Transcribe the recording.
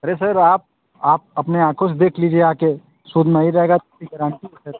अरे सर आप आप अपने आँखों से देख लीजिए आके शुद्ध नहीं रहेगा पूरी गारंटी है सर